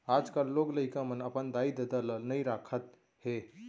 आजकाल लोग लइका मन अपन दाई ददा ल नइ राखत हें